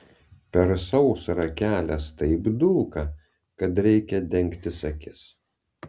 per sausrą kelias taip dulka kad reikia dengtis akis